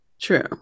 True